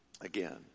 again